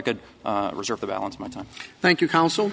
could reserve the balance of my time thank you counsel